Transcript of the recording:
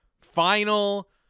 final